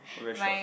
all very short